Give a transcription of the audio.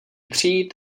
přijít